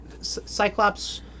Cyclops